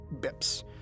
bips